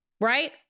right